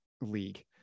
League